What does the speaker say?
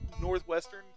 northwestern